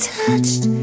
touched